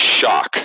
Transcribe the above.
shock